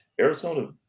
Arizona